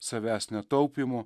savęs netaupymo